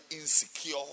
insecure